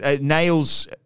nails